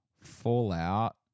Fallout